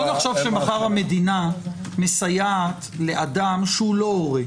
בוא נחשוב שמחר המדינה מסייעת לאדם שהוא לא הורה,